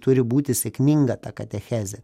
turi būti sėkminga ta katechezė